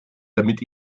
damit